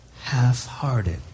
half-hearted